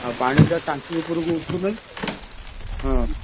ଆଉ ପାଣିଟା ଟାଙ୍କି ଉପରକୁ ଉଠୁ ନାହିଁ ହଁ